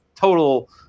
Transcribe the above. total